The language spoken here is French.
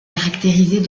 caractérisés